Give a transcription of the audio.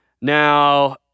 Now